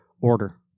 order